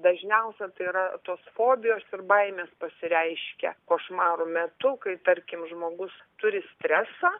dažniausia tai yra tos fobijos ir baimės pasireiškia košmarų metu kai tarkim žmogus turi stresą